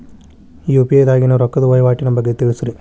UPI ದಾಗಿನ ರೊಕ್ಕದ ವಹಿವಾಟಿನ ಬಗ್ಗೆ ತಿಳಸ್ರಿ